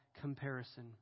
comparison